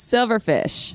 Silverfish